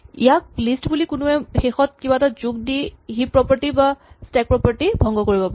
ইয়াক লিষ্ট বুলি কোনোৱে শেষত কিবা এটা যোগ দি হিপ প্ৰপাৰটী বা স্টেক প্ৰপাৰটী ভংগ কৰিব পাৰে